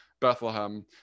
Bethlehem